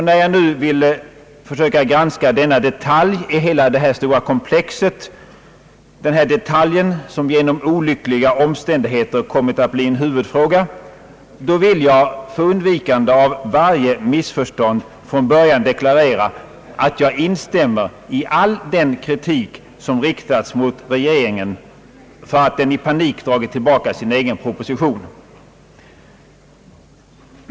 När jag nu går över till att granska denna detalj i hela detta stora komplex, denna detalj som genom olyckliga omständigheter kommit att bli en huvudfråga, så får jag för undvikande av allt missförstånd börja med att deklarera, att jag instämmer i all den kritik som riktats mot regeringen för att den i panik dragit tillbaka sin egen proposition.